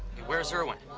where's irwin?